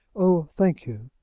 oh! thank you.